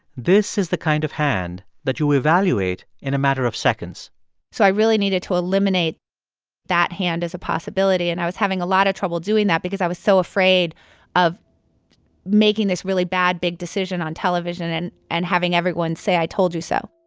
this is the kind of hand that you evaluate in a matter of seconds so i really needed to eliminate that hand as a possibility, and i was having a lot of trouble doing that because i was so afraid of making this really bad, big decision on television and and having everyone say, i told you so